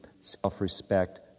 self-respect